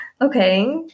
okay